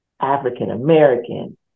African-American